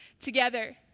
together